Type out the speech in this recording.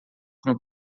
com